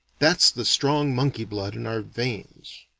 that's the strong monkey-blood in our veins.